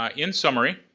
ah in summary,